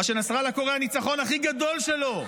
מה שנאסראללה קורא הניצחון הכי גדול שלו,